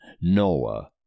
Noah